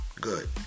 good